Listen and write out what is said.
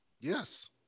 Yes